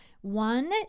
one